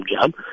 job